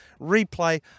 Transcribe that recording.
replay